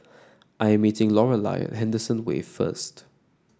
I'm meeting Lorelai Henderson Wave first